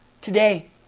today